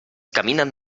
caminen